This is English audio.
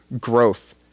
growth